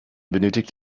benötigt